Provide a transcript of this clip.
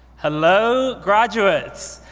hello graduates